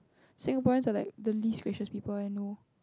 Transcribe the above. Singaporeans are like the least gracious people that I know